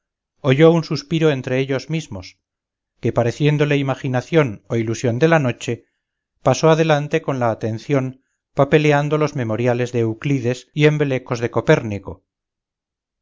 oyó un suspiro entre ellos mismos que pareciéndole imaginación o ilusión de la noche pasó adelante con la atención papeleando los memoriales de euclides y embelecos de copérnico